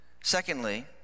secondly